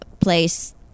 place